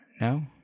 No